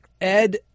Ed